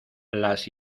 las